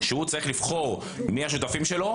שהוא צריך לבחור מי השותפים שלו,